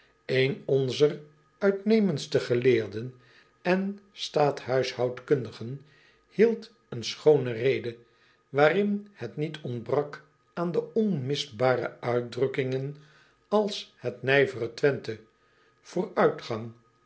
en onzer uitnemendste geleerden en staathuishoudkundigen hield een schoone rede waarin het niet ontbrak aan de onmisbare uitdrukkingen als het nijvere wenthe vooruitgang